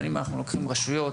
אבל אם לוקחים רשויות